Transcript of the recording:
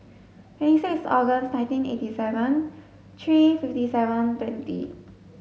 twenty six August nineteen eighty seven three fifty seven twenty